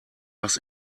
was